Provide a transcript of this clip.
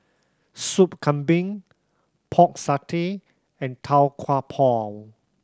Soup Kambing Pork Satay and Tau Kwa Pau